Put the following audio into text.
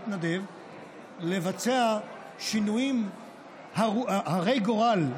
נתנדב לבצע שינויים הרי גורל,